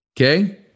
Okay